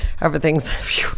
Everything's